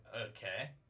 okay